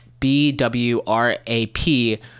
BWRAP